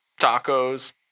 tacos